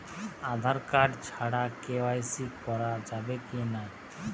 Aadhaar card ছাড়া KYC করা যাবে কি না?